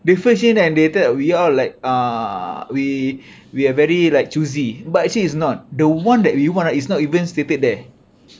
the face change and they thought we are like uh we we are very like choosy but actually it's not the one that we want it's not even stated there